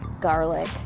garlic